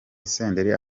senderi